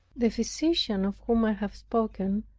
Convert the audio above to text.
the physician of whom i have spoken,